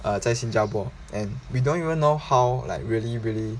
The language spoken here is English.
uh 在新加坡 and we don't even know how like really really